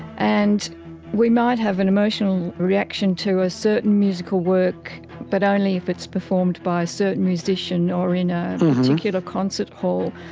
and we might have an emotional reaction to a certain musical work but only if it's performed by a certain musician or in a particular concert hall,